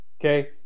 okay